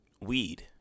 Weed